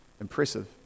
impressive